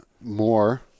more